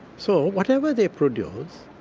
so whatever they produced,